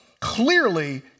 Clearly